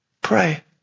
Pray